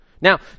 now